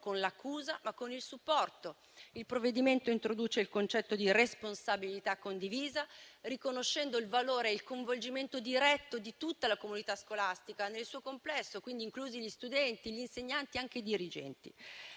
con l'accusa ma con il supporto. Il provvedimento introduce il concetto di responsabilità condivisa, riconoscendo il valore e il coinvolgimento diretto di tutta la comunità scolastica nel suo complesso, inclusi gli studenti, gli insegnanti e anche i dirigenti.